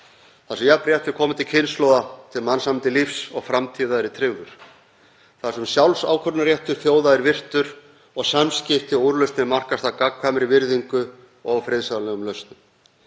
þar sem jafn réttur komandi kynslóða til mannsæmandi lífs og framtíðar er tryggður, þar sem sjálfsákvörðunarréttur þjóða er virtur og samskipti og úrlausnir markast af gagnkvæmri virðingu og friðsamlegum lausnum.